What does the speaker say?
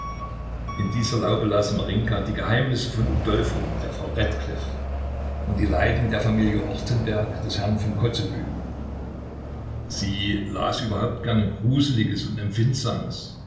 in dieser laube las marinjka die geheimnisse von udolpho der frau radcliffe und die leiden der familie ortenberg des herrn von kotzebue sie las überhaupt gerne gruseliges und empfindsames